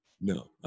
No